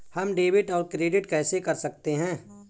हम डेबिटऔर क्रेडिट कैसे कर सकते हैं?